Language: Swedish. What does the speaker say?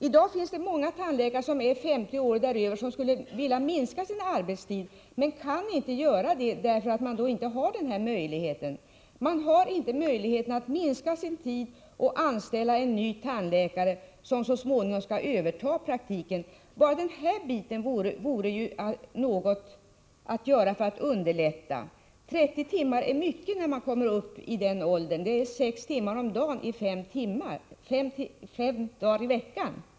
I dag finns det många tandläkare som är 50 år och däröver och som skulle vilja minska sin arbetstid men inte kan göra det, därför att man då förlorar denna möjlighet. Man kan inte minska sin arbetstid och anställa en ny tandläkare, som så småningom skall överta praktiken. 30 timmar är mycket när man kommer upp i den åldern. Det är sex timmar om dagen, fem dagar i veckan.